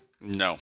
No